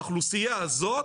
האוכלוסייה הזאת